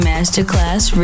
Masterclass